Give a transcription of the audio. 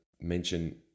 mention